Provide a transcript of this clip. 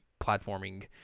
platforming